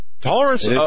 Tolerance